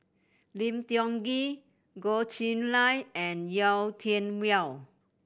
Lim Tiong Ghee Goh Chiew Lye and Yau Tian Yau